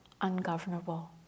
ungovernable